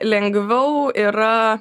lengviau yra